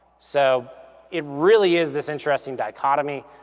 so it really is this interesting dichotomy.